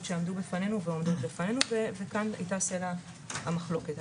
שעמדו ועומדות בפנינו וכאן סלע המחלוקת.